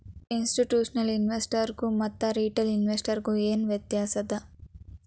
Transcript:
ಇನ್ಸ್ಟಿಟ್ಯೂಷ್ನಲಿನ್ವೆಸ್ಟರ್ಸ್ಗು ಮತ್ತ ರಿಟೇಲ್ ಇನ್ವೆಸ್ಟರ್ಸ್ಗು ಏನ್ ವ್ಯತ್ಯಾಸದ?